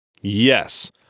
yes